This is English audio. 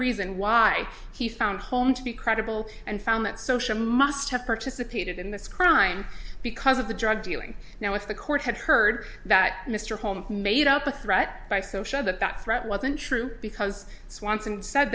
reason why he found home to be credible and found that social must have participated in this crime because of the drug dealing now if the court had heard that mr holm made up a threat by so sure that that threat wasn't true because swanson said